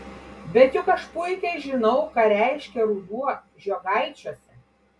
bet juk aš puikiai žinau ką reiškia ruduo žiogaičiuose